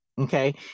okay